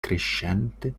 crescente